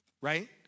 right